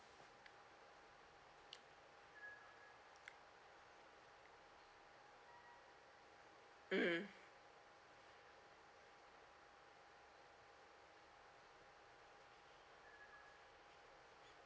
mm